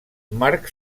marc